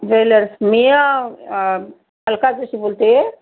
jewellers मी अलका जोशी बोलते आहे